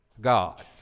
God